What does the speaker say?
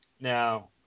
Now